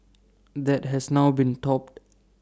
that has now been topped